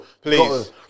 Please